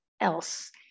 else